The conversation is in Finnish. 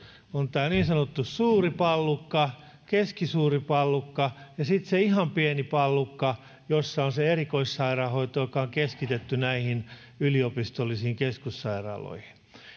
on tämä niin sanottu suuri pallukka keskisuuri pallukka ja sitten ihan pieni pallukka jossa on se erikoissairaanhoito joka on keskitetty yliopistollisiin keskussairaaloihin nyt